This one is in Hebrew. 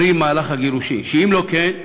קרי, מהלך הגירושין, שאם לא כן,